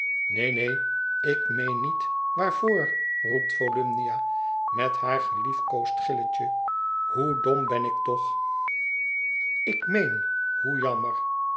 neen neen ik meen niet waarvoor roept volumnia met haar geliefkoosd gilletje hoe dom ben ik toch ik meen hoe jammer